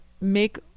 make